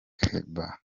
kiba